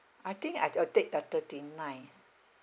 I think I will take the thirty nine